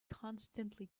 constantly